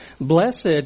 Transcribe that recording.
blessed